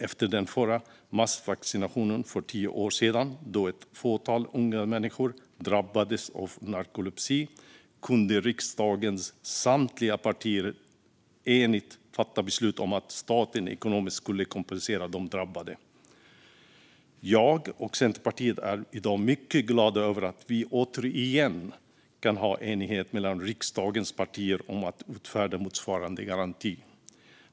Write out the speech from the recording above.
Efter den förra massvaccinationen för tio år sedan, då ett fåtal unga människor drabbades av narkolepsi, kunde riksdagens samtliga partier enigt fatta beslut om att staten skulle kompensera de drabbade ekonomiskt. Jag och Centerpartiet är i dag mycket glada över att vi återigen kan ha en enighet mellan riksdagens partier om att utfärda motsvarande garanti.